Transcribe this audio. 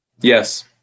Yes